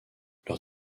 leur